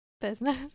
business